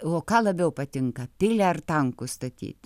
o ką labiau patinka pilį ar tankus statyt